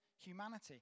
humanity